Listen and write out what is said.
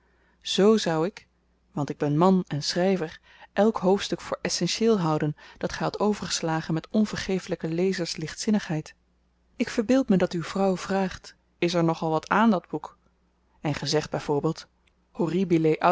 z zou ik want ik ben man en schryver elk hoofdstuk voor essentieel houden dat gy hadt overgeslagen met onvergeeflyke lezerslichtzinnigheid ik verbeeld me dat uwe vrouw vraagt is er nogal wat aan dat boek en ge zegt